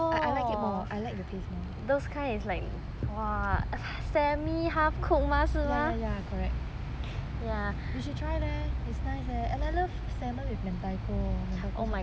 I like it more I like the taste more ya ya correct you should try leh it's nice leh and I love salmon with mentaiko mentaiko sauce